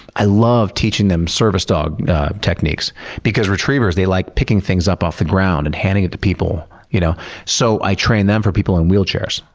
i love teaching them service dog techniques because retrievers like picking things up off the ground and handing it to people. you know so i train them for people in wheelchairs.